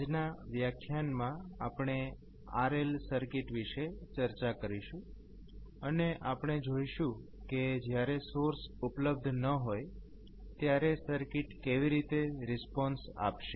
આજના વ્યાખ્યાનમાં આપણે RL સર્કિટ વિશે ચર્ચા કરીશું અને આપણે જોઈશું કે જ્યારે સોર્સ ઉપલબ્ધ ન હોય ત્યારે સર્કિટ કેવી રીતે રિસ્પોન્સ આપશે